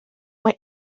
mae